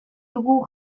dugu